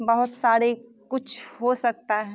बहुत सारे कुछ हो सकता है